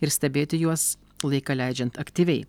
ir stebėti juos laiką leidžiant aktyviai